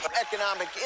Economic